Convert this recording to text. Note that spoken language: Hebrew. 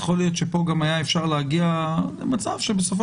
יכול להיות שפה גם היה אפשר להגיע למצב שבסופו